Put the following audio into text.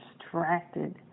distracted